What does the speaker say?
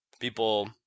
People